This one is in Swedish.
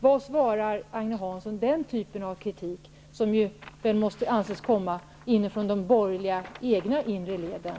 Vad svarar Agne Hansson på den typen av kritik, som väl måste anses komma från de egna, borgerliga inre leden?